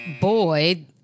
boy